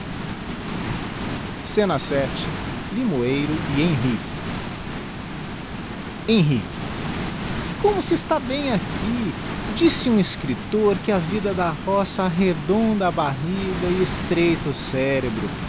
vn limoeiro e henrique henrique como se está bem aqui disse um escriptor que a vida da roça arredonda a barriga e estreita o cérebro